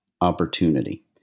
opportunity